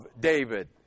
David